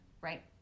right